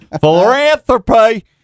Philanthropy